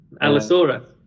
Allosaurus